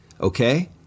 Okay